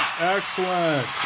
Excellent